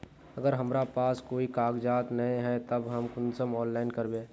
अगर हमरा पास कोई कागजात नय है तब हम कुंसम ऑनलाइन करबे?